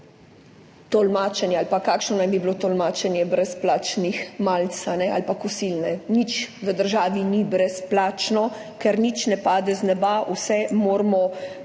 povedal, kakšno naj bi bilo tolmačenje brezplačnih malic ali kosil. Nič v državi ni brezplačno, ker nič ne pade z neba. Vse moramo